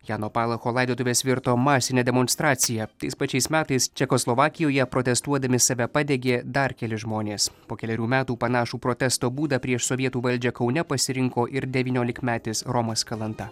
jano palacho laidotuvės virto masine demonstracija tais pačiais metais čekoslovakijoje protestuodami save padegė dar keli žmonės po kelerių metų panašų protesto būdą prieš sovietų valdžią kaune pasirinko ir devyniolikmetis romas kalanta